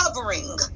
covering